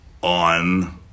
on